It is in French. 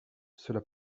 cela